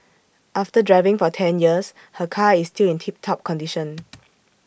after driving for ten years her car is still in tip top condition